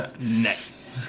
Nice